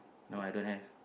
no I don't have